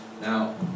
Now